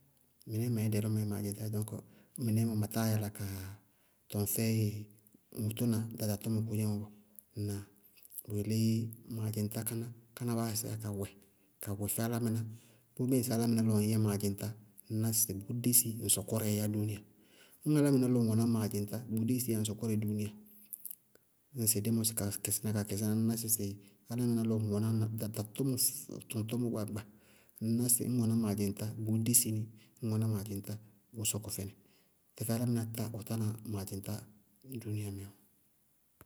Mɩnɛɛ mɛ dɛ lɔ ma yɛ maadzɩŋtá ɖɔñkɔɔ, mɩnɛɛ mɛ ma táa yála ka tɔŋ fɛɩ ŋʋ tʋna ɖaɖa tɔmɔ kodzémɔ bɔɔ. Ŋnáa? Bʋ yelé maadzɩŋtá káná, káná báásíya ka wɛ kawɛ fɛ álámɩná. Bʋʋ bíɩ ŋsɩ álámɩná lɔ ŋñ yɛ maadzɩŋtá, ŋñ ná sɩ bʋʋ dési ŋ sɔkɔrɛɛ yá dúúnia. Ñŋ álámɩná lɔ ŋ wɛná maadzɩŋtá, bʋʋ desiyá ŋ sɔkɔrɛɛ dúúnia ñŋsɩ dí mɔsɩ ka kɛsɩná, ŋñná sɩ álámɩná wɛná ɖaɖa tɔmɔ tɔŋtɔñmɔ gbaagba, ŋñná sɩ bíɩ ŋ wɛná maadzɩŋtá, bʋʋ dési ní, ñŋ wɛná maadzɩŋtá, bʋʋ sɔkɔ fɛnɩ tɛfɛ álámɩná tá sɩ ɔ tána maadzɩŋtá dúúnia mɛ ɔɔ.